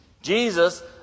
Jesus